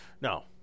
no